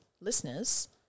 listeners